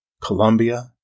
Colombia